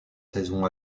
saisons